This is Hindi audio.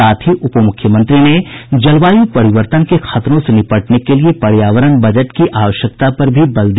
साथ ही उपमुख्यमंत्री ने जलवायु परिवर्तन के खतरों से निपटने के लिए पर्यावरण बजट की आवश्यकता पर भी बल दिया